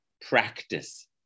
practice